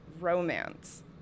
romance